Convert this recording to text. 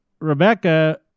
Rebecca